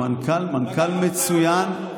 המנכ"ל מצוין,